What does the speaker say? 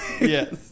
Yes